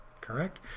correct